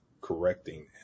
correcting